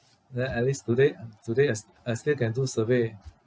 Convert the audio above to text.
then at least today uh today I s~ I still can do survey